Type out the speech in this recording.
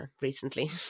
Recently